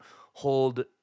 hold